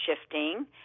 shifting